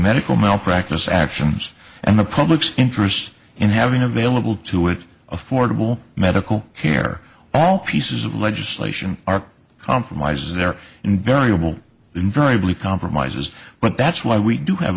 medical malpractise actions and the public's interest in having available to it affordable medical care all pieces of legislation are compromises their invariable invariably compromises but that's why we do have